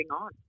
on